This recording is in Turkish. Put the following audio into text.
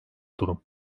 durum